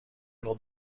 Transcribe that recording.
lors